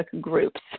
groups